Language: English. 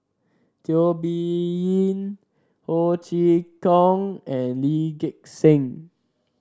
Teo Bee Yen Ho Chee Kong and Lee Gek Seng